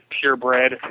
purebred